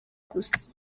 gusa